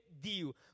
deal